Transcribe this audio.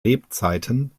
lebzeiten